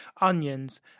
onions